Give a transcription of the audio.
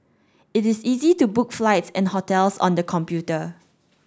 it is easy to book flights and hotels on the computer